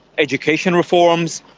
education reforms,